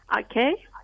Okay